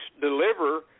deliver